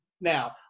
Now